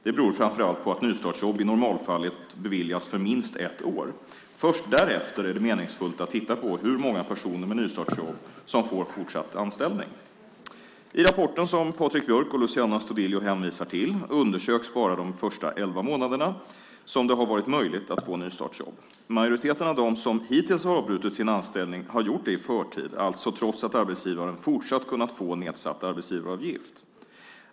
Det beror framför allt på att nystartsjobb i normalfallet beviljas för minst ett år. Först därefter är det meningsfullt att titta på hur många personer med nystartsjobb som får fortsatt anställning. I rapporten som Patrik Björck och Luciano Astudillo hänvisar till undersöks bara de första elva månader som det har varit möjligt att få nystartsjobb. Majoriteten av dem som hittills har avbrutit sin anställning har gjort det i förtid, alltså trots att arbetsgivaren fortsatt kunnat få nedsatt arbetsgivaravgift.